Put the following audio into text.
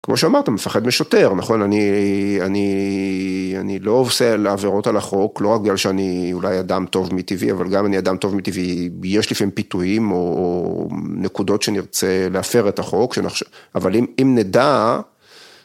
כמו שאמרת, אתה מפחד משוטר, נכון? אני לא עושה עברות על החוק, לא רק בגלל שאני אולי אדם טוב מטבעי, אבל גם אם אני אדם טוב מטבעי-יש לפעמים פיתויים או נקודות שנרצה להפר את החוק, אבל אם נדע...